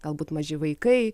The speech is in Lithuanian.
galbūt maži vaikai